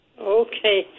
Okay